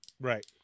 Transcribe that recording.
Right